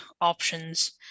options